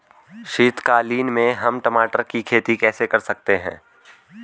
शीतकालीन में हम टमाटर की खेती कैसे कर सकते हैं?